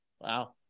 Wow